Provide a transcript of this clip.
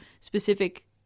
specific